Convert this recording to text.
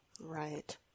Right